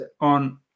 on